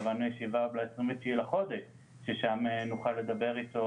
קבענו ישיבה ל-29 בחודש ששם נוכל לדבר איתו